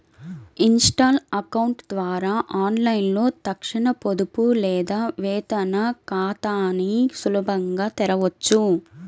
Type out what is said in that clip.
Insta account ద్వారా ఆన్లైన్లో తక్షణ పొదుపు లేదా వేతన ఖాతాని సులభంగా తెరవొచ్చు